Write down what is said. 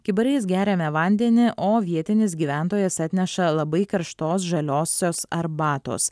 kibirais geriame vandenį o vietinis gyventojas atneša labai karštos žaliosios arbatos